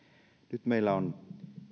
nyt meillä on